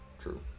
True